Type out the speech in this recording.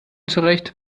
zurecht